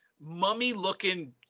mummy-looking